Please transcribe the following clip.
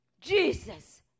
Jesus